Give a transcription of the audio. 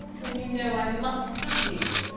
when you know i must have you?